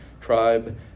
tribe